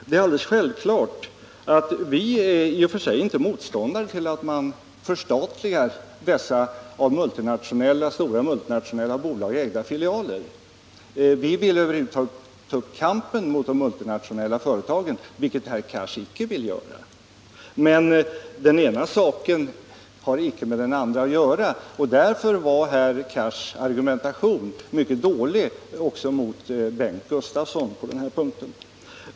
Det är alldeles självklart att vi i och för sig inte är motståndare till att man förstatligar dessa av stora multinationella bolag ägda filialer — vi vill över huvud taget ta upp kampen mot de multinationella företagen, vilket herr Cars icke vill göra — men den ena saken har inte med den andra att göra. Därför var också herr Cars argumentation mot Bengt Gustavsson på den här punkten mycket dålig.